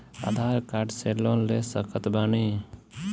आधार card से loan ले सकत बणी?